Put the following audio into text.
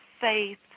faith